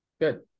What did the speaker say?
Good